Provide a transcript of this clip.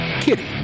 Kitty